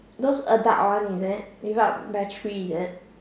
those adult one is it with out battery is it